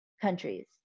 countries